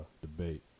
debate